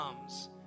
comes